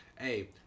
hey